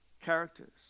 characters